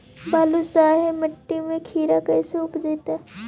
बालुसाहि मट्टी में खिरा कैसे उपजतै?